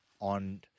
on